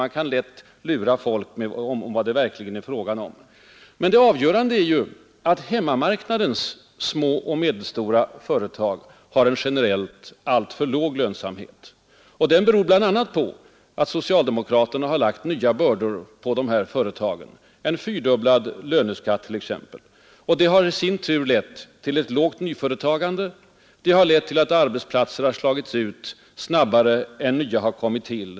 Man kan lätt lura folk i fråga om vad det verkligen gäller. Det allvarliga är ju att hemmamarknadens små och medelstora företag har en generellt alltför låg lönsamhet. Det beror bl.a. på att socialdemokraterna har lagt nya bördor på de här företagen — en fyrdubblad löneskatt t.ex. — och det har i sin tur lett till ett lågt nyföretagande, till att arbetsplatser har slagits ut snabbare än nya kommit till.